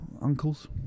uncles